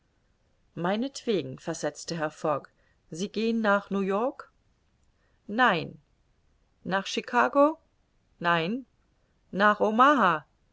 meinetwegen versetzte herr fogg sie gehen nach new-york nein nach chicago nein nach